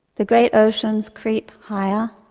the great oceans creep higher,